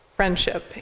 Friendship